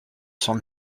sent